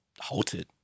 halted